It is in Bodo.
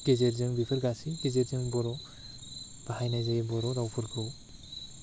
गेजेरजों बेफोर गासै गेजेरजों बर' बाहायनाय जायो बर' रावफोरखौ